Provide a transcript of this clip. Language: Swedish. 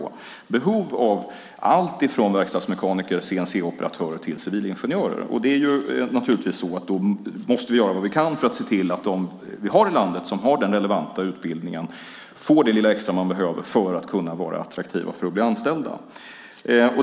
Det finns behov av allt från verkstadsmekaniker och CNC-operatörer till civilingenjörer. Då måste vi göra vad vi kan för att se till att de vi har i landet som har den relevanta utbildningen får det lilla extra de behöver för att kunna vara attraktiva och bli anställda.